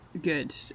Good